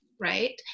right